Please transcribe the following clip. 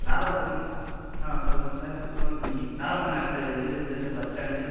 நாகப்ப ஆ சொல்கிறேன் sir note பண்ணிக்கோங்க நாகப்பட்னம் அடுத்த இது இருக்கில்ல சார் பஸ் ஸ்டாண்டு